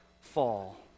fall